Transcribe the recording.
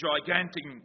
gigantic